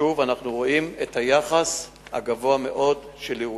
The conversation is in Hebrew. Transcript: שוב, אנחנו רואים את היחס הגבוה מאוד של אירועים.